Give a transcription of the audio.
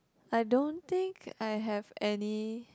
I don't think I have any